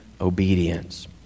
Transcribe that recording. obedience